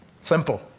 Simple